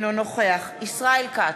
אינו נוכח ישראל כץ,